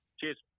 Cheers